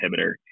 inhibitor